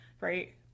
Right